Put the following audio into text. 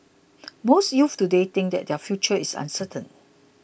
most youths today think that their future is uncertain